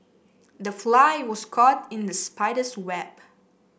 the fly was caught in the spider's web